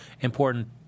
important